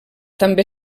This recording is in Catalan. també